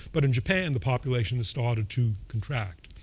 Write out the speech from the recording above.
but in japan, the population has started to contract.